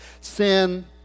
sin